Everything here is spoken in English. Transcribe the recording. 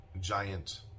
giant